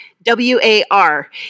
W-A-R